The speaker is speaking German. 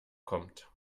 kommt